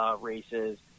races